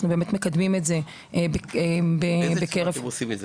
אנחנו מקדמים את זה בקרב --- באיזה אופן אתם עושים את זה?